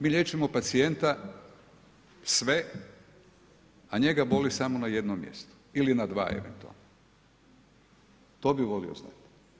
Mi liječimo pacijenta sve, a njega boli samo na jednom mjestu ili na dva eventualno, to bih volio znati.